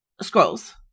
scrolls